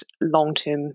long-term